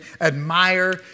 admire